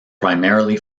primarily